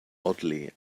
oddly